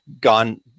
gone